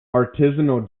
artisanal